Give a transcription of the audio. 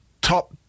top